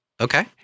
Okay